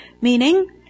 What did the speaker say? Meaning